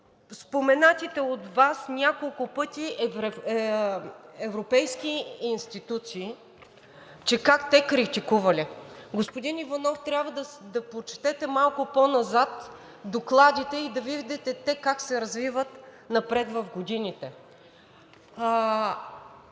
споменатите от Вас няколко пъти европейски институции, че как те критикували. Господин Иванов, трябва да почетете малко по-назад докладите и да видите как се развиват напред в годините.